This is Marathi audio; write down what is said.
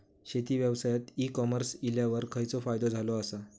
शेती व्यवसायात ई कॉमर्स इल्यावर खयचो फायदो झालो आसा?